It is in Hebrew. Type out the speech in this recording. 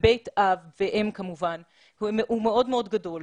ובין אב ואם, הוא מאוד מאוד גדול.